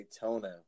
Daytona